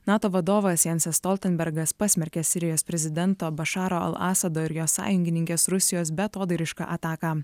nato vadovas jansas stoltenbergas pasmerkė sirijos prezidento bašaro al asado ir jo sąjungininkės rusijos beatodairišką ataką